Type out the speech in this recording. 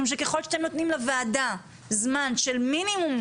משום שככל שאתם נותנים לוועדה זמן של מינימום,